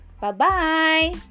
Bye-bye